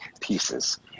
pieces